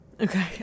okay